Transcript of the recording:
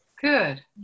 Good